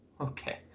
Okay